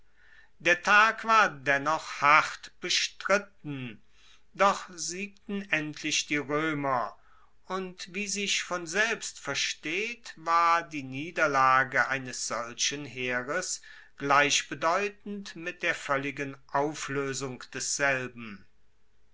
der tag war dennoch hart bestritten doch siegten endlich die roemer und wie sich von selbst versteht war die niederlage eines solchen heeres gleichbedeutend mit der voelligen aufloesung desselben